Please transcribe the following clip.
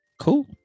cool